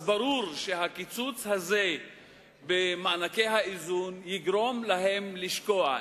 אז ברור שהקיצוץ הזה במענקי האיזון יגרום להן לשקוע.